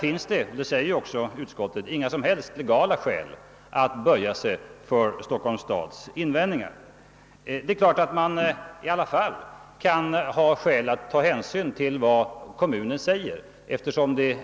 Utskottet säger också att det inte finns några legala skäl att böja sig för Stockholms stads invändningar. Det är klart att man i alla fall kan ha skäl att ta hänsyn till vad kommunen säger.